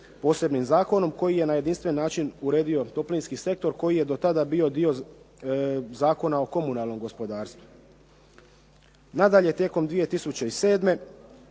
posebnim zakonom koji je na jedinstveni način uredio toplinski sektor koji je do tada bio dio Zakona o komunalnom gospodarstvu. Nadalje, tijekom 2007.